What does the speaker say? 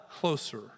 closer